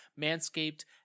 Manscaped